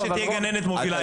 שתהיה גננת מובילה.